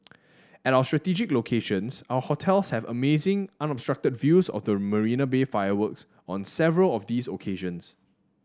at our strategic locations our hotels have amazing unobstructed views of the Marina Bay fireworks on several of these occasions